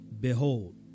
Behold